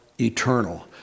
eternal